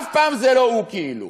אף פעם זה לא הוא, כאילו.